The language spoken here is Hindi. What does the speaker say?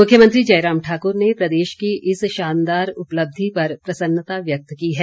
मुख्यमंत्री जयराम ठाकुर ने प्रदेश की इस शानदार उपलब्धि पर प्रसन्नता व्यक्त की है